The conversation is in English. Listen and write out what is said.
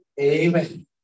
Amen